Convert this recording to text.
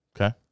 Okay